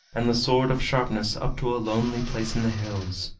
and the sword of sharpness up to a lonely place in the hills.